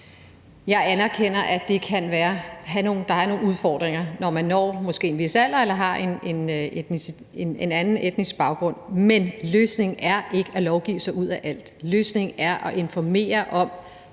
Jeg anerkender, at der er nogle udfordringer, når man når en vis alder eller har en anden etnisk baggrund. Men løsningen er ikke at lovgive sig ud af alt, løsningen er at informere om